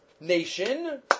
nation